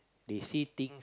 they see things